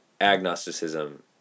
agnosticism